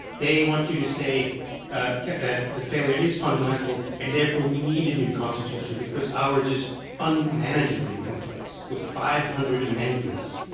they want you to say ah that the failure is fundamental, and therefore we need a new constitution because ours is unmanageably complex, with five hundred amendments,